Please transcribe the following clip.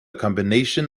combination